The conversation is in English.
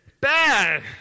bad